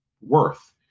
worth